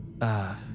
Uh